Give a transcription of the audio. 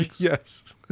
Yes